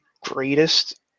greatest